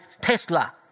Tesla